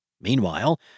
Meanwhile